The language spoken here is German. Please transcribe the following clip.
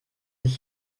sich